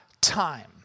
time